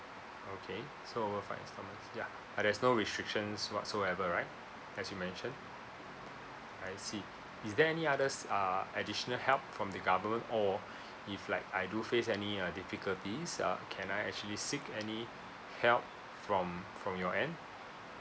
okay so over five instalments ya but there's no restrictions whatsoever right as you mentioned I see is there any others uh additional help from the government or if like I do face any uh difficulties uh can I actually seek any help from from your end